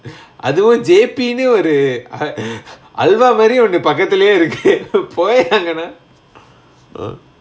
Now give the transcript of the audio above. அதுவும்:athuvum J P ன்னு ஒரு:nnu oru ah அல்வா மாரி ஒன்னு பக்கத்துலயே இருக்கு போயே அங்கன:alvaa maari onnu pakathulayae irukku poyae angana uh